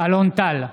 אלון טל,